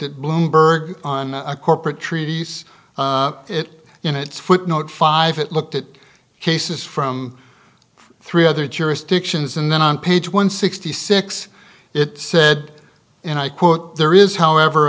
at bloomberg on corporate treaties it in its footnote five it looked at cases from three other jurisdictions and then on page one sixty six it said and i quote there is however